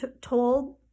told